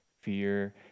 fear